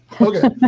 okay